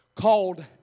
called